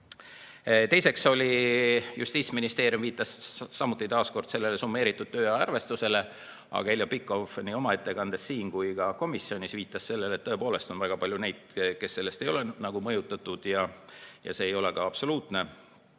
Teiseks, Justiitsministeerium viitas samuti taas kord summeeritud tööaja arvestusele. Aga Heljo Pikhof nii oma ettekandes siin kui ka komisjonis viitas sellele, et tõepoolest on väga palju neid, kes sellest ei ole mõjutatud, ja see ei ole ka absoluutne.